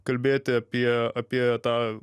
kalbėti apie apie tą